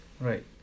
Right